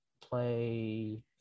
play